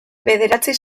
bederatzi